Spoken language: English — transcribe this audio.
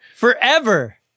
forever